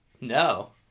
No